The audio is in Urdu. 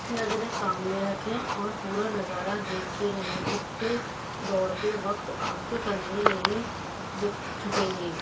نظریں سامنے رکھیں اور پورا نظارہ دیکھتے رہیں اس سے دوڑتے وقت آپ کے کندھے نہیں دکھ جھکیں گے